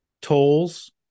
tolls